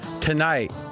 tonight